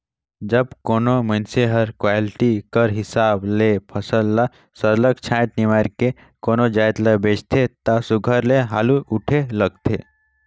जब कोनो मइनसे हर क्वालिटी कर हिसाब ले फसल ल सरलग छांएट निमाएर के कोनो जाएत ल बेंचथे ता सुग्घर ले हालु उठे लगथे